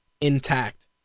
intact